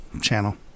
channel